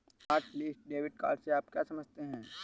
Hotlist debit card से आप क्या समझते हैं?